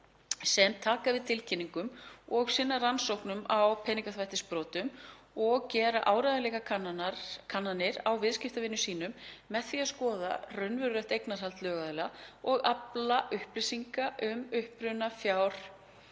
sem taka við tilkynningum og sinna rannsóknum á peningaþvættisbrotum og gera áreiðanleikakannanir á viðskiptavinum sínum með því að skoða raunverulegt eignarhald lögaðila og afla upplýsinga um uppruna fjár